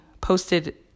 posted